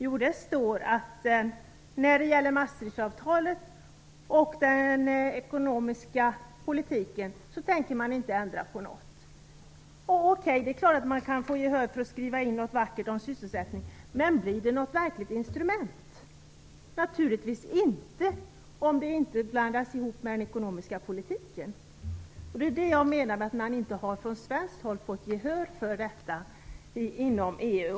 Jo, det står att när det gäller Maastrichtavtalet och den ekonomiska politiken tänker man inte ändra på något. Okej, det är klart att man kan få gehör för att skriva in något vackert om sysselsättning, men blir det något verkligt instrument? Naturligtvis inte, om det inte blandas ihop med den ekonomiska politiken. Det är det jag menar att man från svenskt håll inte har fått gehör för inom EU.